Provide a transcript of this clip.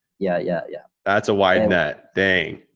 yeah yeah, yeah, that's why that thing.